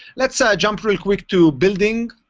let's jump real quick to building.